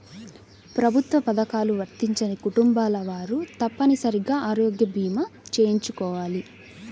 ప్రభుత్వ పథకాలు వర్తించని కుటుంబాల వారు తప్పనిసరిగా ఆరోగ్య భీమా చేయించుకోవాలి